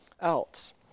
else